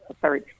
Sorry